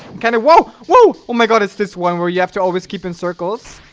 kind of whoa whoa oh my god it's this one where you have to always keep in circles.